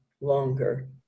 longer